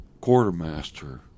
quartermaster